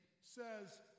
says